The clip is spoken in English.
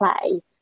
play